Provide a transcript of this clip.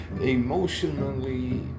emotionally